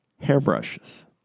hairbrushes